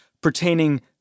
pertaining